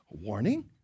Warning